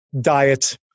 Diet